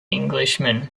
englishman